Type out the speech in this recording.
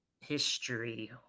history